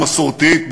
המסורתית,